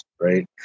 right